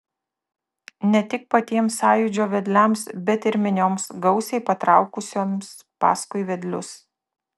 ne tik patiems sąjūdžio vedliams bet ir minioms gausiai patraukusioms paskui vedlius